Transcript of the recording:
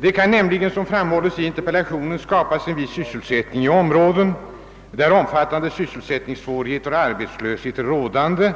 Det kan nämligen, som framhållits i interpellationen, skapas en viss tillfällig sysselsättning i områden där omfattande syselsättningssvårigheter och arbetslöshet råder